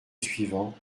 suivant